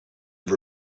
have